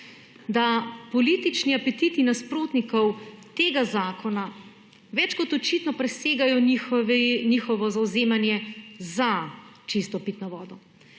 da politični apetiti nasprotnikov tega zakona več kot očitno presegajo njihovo zavzemanje za čisto pitno vodo.